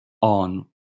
on